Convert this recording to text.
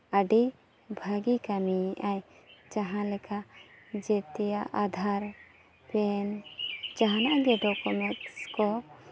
ᱟᱹᱰᱤ ᱵᱷᱟᱜᱮ ᱠᱟᱹᱢᱤᱭᱮᱫᱟᱭ ᱡᱟᱦᱟᱸᱞᱮᱠᱟ ᱡᱮᱛᱮᱭᱟᱜ ᱟᱫᱷᱟᱨ ᱯᱮᱱ ᱡᱟᱦᱟᱱᱟᱜ ᱜᱮ ᱰᱚᱠᱚᱢᱮᱱᱴᱥ ᱠᱚ